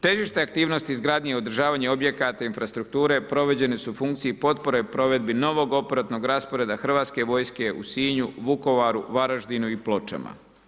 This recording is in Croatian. Težište aktivnosti izgradnji i održavanja objekata infrastrukture provođene su funkcije potpore provedbi novog operativnog rasporeda Hrvatske vojske u Sinju, Vukovaru, Varaždinu i Pločama.